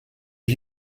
ich